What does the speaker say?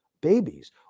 babies